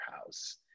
house